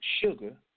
sugar